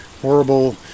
horrible